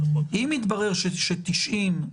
אם יתברר ש-90%